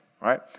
right